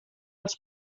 els